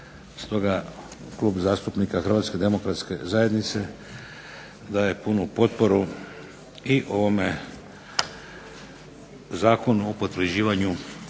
Stoga Klub zastupnika Hrvatske demokratske zajednice daje punu potporu i ovome Zakonu o potvrđivanju